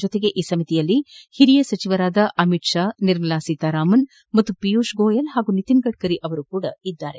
ಜೊತೆಗೆ ಈ ಸಮಿತಿಯಲ್ಲಿ ಹಿರಿಯ ಸಚಿವರಾದ ಅಮಿತ್ ಶಾ ನಿರ್ಮಲಾ ಸೀತಾರಾಮನ್ ಪಿಯೂಷ್ ಗೋಯಲ್ ಮತ್ತು ನಿತಿನ್ ಗಡ್ನರಿ ಅವರೂ ಸಹ ಇದ್ದಾರೆ